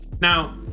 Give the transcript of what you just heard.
Now